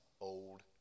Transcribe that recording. old